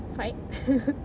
fight